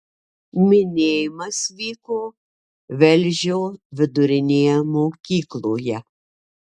minėjimas vyko velžio vidurinėje mokykloje